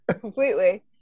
completely